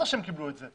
בסדר שהם קיבלו את זה.